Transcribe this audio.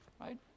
Right